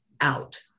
out